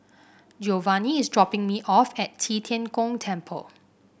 Giovanny is dropping me off at Qi Tian Gong Temple